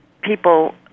people